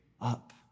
up